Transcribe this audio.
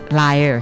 liar